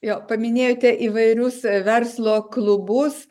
jo paminėjote įvairius verslo klubus